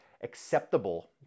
acceptable